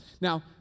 Now